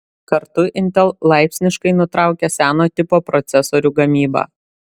kartu intel laipsniškai nutraukia seno tipo procesorių gamybą